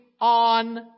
on